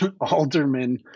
alderman